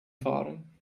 fahren